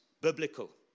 biblical